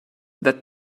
that